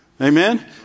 Amen